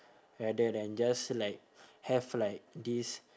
rather than just like have like this